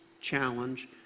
challenge